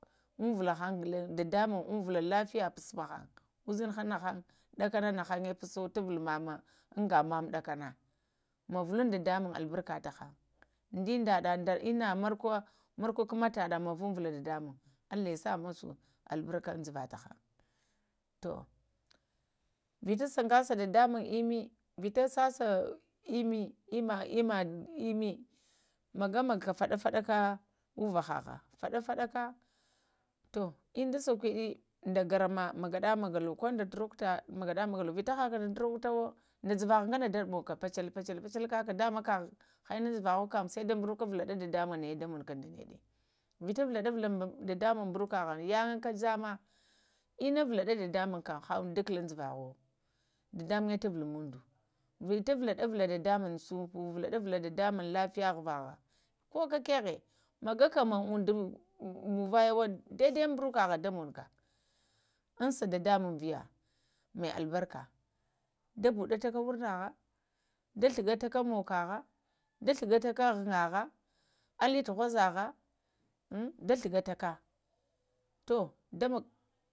Uŋvulaŋn ghulaŋ dadəmuŋm unvula lafiya puaɗ məhəŋ uzəndə tahŋ dəkənə nəhəŋə pusɗ tu vulo məmə əngə məmə ɗəkənə məvuluŋda dəmuŋ albarkə təŋn ɗəndəɗə ɗə ina mərkwə kuməɗətə məvuŋvulə dədəmun allah yasa musu albərkə əmjuvəɗa to vita səgəsə dədəmuŋ əmmə, vita səsə ammi amma, məgə-məgəkə fəɗa-fəɗa uvəhəhə faɗa-faɗakatu uŋdə sakwəɗə dəgərmə, məŋa0məgəlo ko də turacta məgəɗo məlo vita həkə ɗa turəcto ɗa ɗuvəvə ŋgənə də mogokə pəcəl-pəcəl kəkə də məkəm hə inuŋ duzəvo kkəm sai dai ŋburokwo vulaɗa dədə muŋa nəyə də monuka də ŋədə vita vala ɗəvulə dədəmuŋm ŋburokəhə yə ŋga kə jəmə innə vulaɗa dədəmuŋm kəm hə uŋdo də kələ nutə uŋjuva dədə manmə tuvuluŋdo vita vulaɗa vulə dədəmuŋm sunfu də lafiya vuvaha, kəkə kəhə maga kə maŋuŋdo muŋvəyə wa dai dəɓ ɓburəka hə də munokə. ənsa dədəmuŋ ɗəyə mai albarkə də buɗə təkə wurnəhə dətoka, ghlagətəkə ghlagətəkə mokəha əla tughəyə, də ghlagatəkə ghŋəvə, əli tughəə əhm t ghlagətəkə to də mogokə.